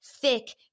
thick